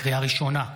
לקריאה ראשונה,